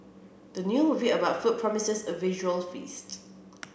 the new movie about food promises a visual feast